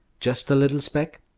just a little speck?